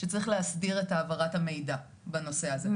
שצריך להסדיר את העברת המידע בנושא הזה.